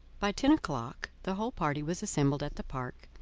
by ten o'clock the whole party was assembled at the park,